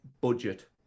budget